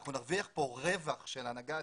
נרוויח כאן רווח אדיר של ההנהגה העתידית.